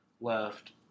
left